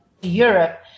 Europe